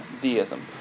deism